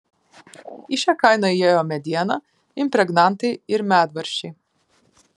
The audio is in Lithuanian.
į šią kainą įėjo mediena impregnantai ir medvaržčiai